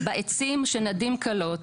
בעצים שנדים קלות,